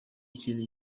ikintu